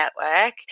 Network